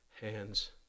hands